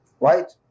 right